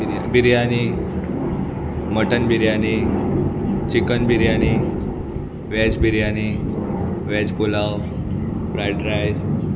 biryani mutton biryani chicken biryani veg biryani veg pulao fried rice